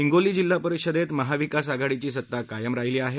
हिंगोली जिल्हा परिषदेत महाविकास आघाडीची सत्ता कायम राहिली आहे